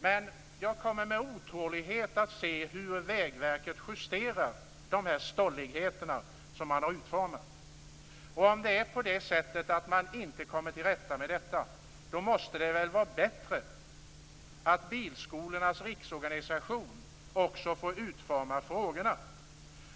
Men jag kommer med otålighet att se fram emot hur Vägverket justerar sina stolligheter. Om man inte kommer till rätta med detta måste det väl vara bättre att bilskolornas riksorganisation får utforma frågorna.